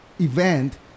event